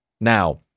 Now